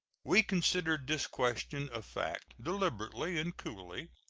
we considered this question of fact deliberately and coolly.